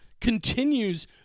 continues